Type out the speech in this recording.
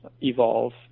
evolve